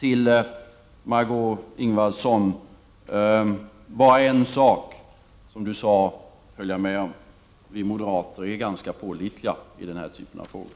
Bara en sak som Marg6ö Ingvardsson sade håller jag med om: vi moderater är ganska pålitliga när det gäller denna typ av frågor.